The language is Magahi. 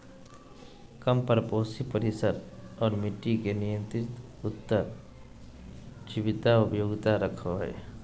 कम परपोषी परिसर और मट्टी में नियंत्रित उत्तर जीविता योग्यता रखो हइ